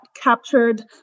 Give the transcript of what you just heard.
captured